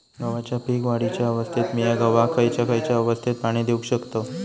गव्हाच्या पीक वाढीच्या अवस्थेत मिया गव्हाक खैयचा खैयचा अवस्थेत पाणी देउक शकताव?